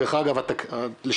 דרך אגב, לשאלתך,